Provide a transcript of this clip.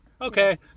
Okay